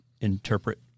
interpret